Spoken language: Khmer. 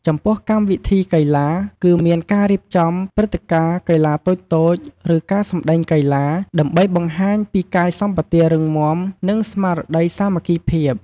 ចំពោះកម្មវិធីកីឡា គឺមានការរៀបចំព្រឹត្តិការណ៍កីឡាតូចៗ ឬការសម្ដែងកីឡា ដើម្បីបង្ហាញពីកាយសម្បទារឹងមាំ និងស្មារតីសាមគ្គីភាព។